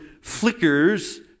flickers